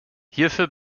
hierfür